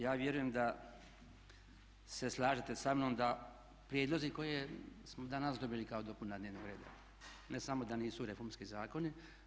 Ja vjerujem da se slažete sa mnom da prijedlozi koje smo danas dobili kao dopuna dnevnog reda, ne samo da nisu reformski zakoni.